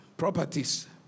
Properties